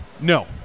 No